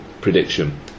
prediction